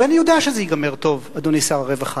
ואני יודע שזה ייגמר טוב, אדוני שר הרווחה.